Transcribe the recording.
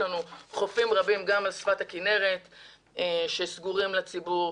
לנו חופים רבים גם על שפת הכינרת שסגורים לציבור,